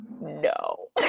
no